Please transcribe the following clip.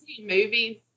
movies